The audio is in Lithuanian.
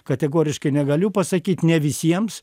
kategoriškai negaliu pasakyt ne visiems